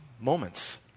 moments